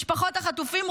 משפחות החטופים,